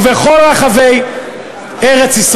ובכל רחבי ארץ-ישראל,